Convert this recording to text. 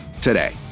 today